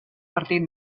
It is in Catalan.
partit